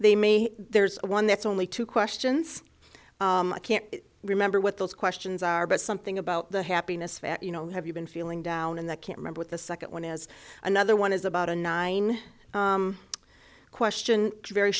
they may there's one that's only two questions i can't remember what those questions are but something about the happiness for you know have you been feeling down in that can't remember with the second one as another one is about a nine question very